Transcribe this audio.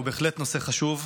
הוא בהחלט נושא חשוב.